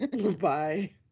Bye